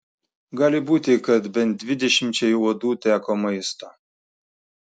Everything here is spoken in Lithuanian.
gali būti kad bent dvidešimčiai uodų teko maisto